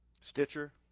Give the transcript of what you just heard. Stitcher